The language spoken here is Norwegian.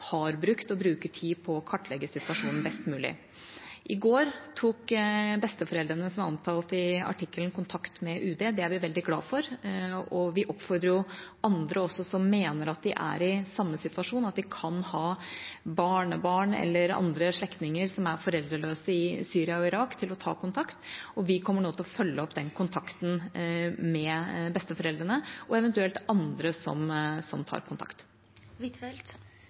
har brukt og bruker tid på å kartlegge situasjonen best mulig. I går tok besteforeldrene som er omtalt i artikkelen, kontakt med UD. Det er vi veldig glad for. Vi oppfordrer også andre som mener at de er i samme situasjon, og som kan ha barnebarn eller andre slektninger som er foreldreløse i Syria eller Irak, til å ta kontakt. Vi kommer nå til å følge opp den kontakten med besteforeldrene og eventuelt andre som tar